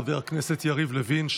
חבר הכנסת יריב לוין,